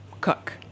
cook